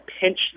pinch